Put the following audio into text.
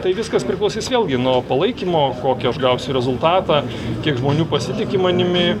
tai viskas priklausys vėlgi nuo palaikymo kokį aš gausiu rezultatą kiek žmonių pasitiki manimi